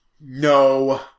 No